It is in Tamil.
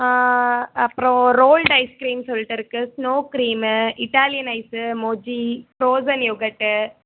அப்புறம் ரோல்டு ஐஸ்க்ரீம் சொல்லிட்டு இருக்கு ஸ்னோக்ரீமு இட்டாலியன் ஐஸ்ஸு மொஜி ப்ரோசன் யோகட்டு